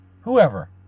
whoever